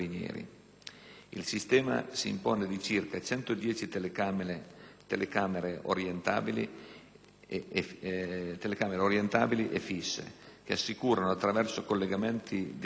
Il sistema si compone di circa 110 telecamere orientabili e fisse che assicurano, attraverso collegamenti dedicati